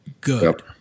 good